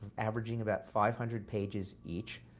averaging about five hundred pages each,